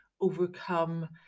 overcome